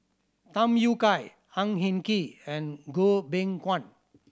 Tham Yui Kai Ang Hin Kee and Goh Beng Kwan